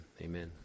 Amen